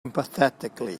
emphatically